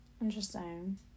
Interesting